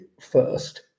FIRST